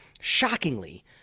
Shockingly